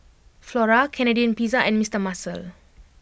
Flora Canadian Pizza and Mister Muscle